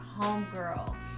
homegirl